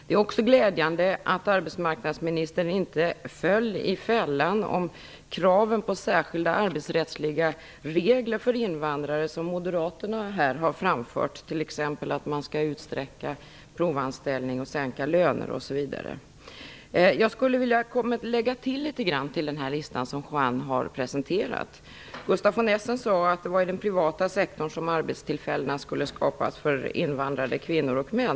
Det är också glädjande att arbetsmarknadsministern inte föll i fällan om kraven på särskilda arbetsrättsliga regler för invandrare som moderaterna här har framfört, t.ex. att man skall utsträcka provanställning, sänka löner osv. Jag skulle vilja lägga till litet grand till den lista som Juan Fonseca har presenterat. Gustaf von Essen sade att det var på den privata sektorn som arbetstillfällena för invandrare skulle skapas, både kvinnor och män.